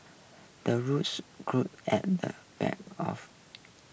the rooster crows at the back of